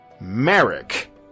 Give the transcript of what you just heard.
Merrick